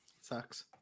Sucks